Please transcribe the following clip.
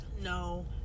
No